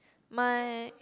my